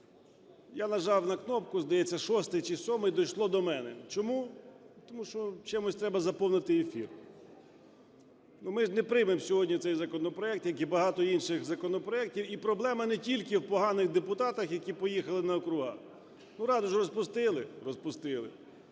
Я нажав на кнопку, здається, шостий чи сьомий, дійшло до мене. Чому? Тому що чимось треба заповнити ефір. Ми ж не приймемо сьогодні цей законопроект, як і багато інших законопроектів, і проблема не тільки в поганих депутатах, які поїхали на округи. Раду ж розпустили?